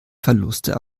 verluste